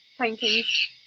paintings